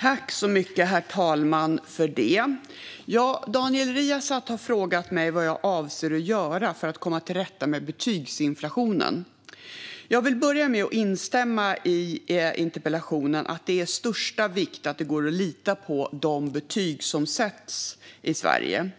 Herr talman! Daniel Riazat har frågat mig vad jag avser att göra för att komma till rätta med betygsinflationen. Jag vill börja med att instämma med interpellanten i att det är av största vikt att det går att lita på de betyg som sätts. I Sverige